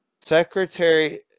Secretary